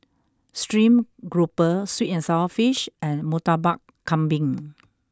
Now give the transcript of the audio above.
Stream Grouper Sweet and Sour Fish and Murtabak Kambing